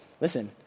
listen